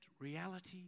reality